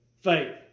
faith